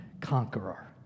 conqueror